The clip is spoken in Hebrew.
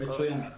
מצוין.